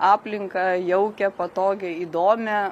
aplinką jaukią patogią įdomią